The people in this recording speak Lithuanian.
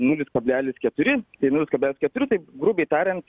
nulis kablelis keturi tai nulis kablelis keturi taip grubiai tariant